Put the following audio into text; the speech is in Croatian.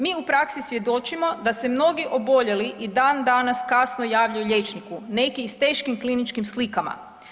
Mi u praksi svjedočimo da se mnogi oboljeli i dan danas kasno javljaju liječniku, neki i s teškim kliničkim slikama.